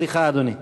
סליחה, אדוני.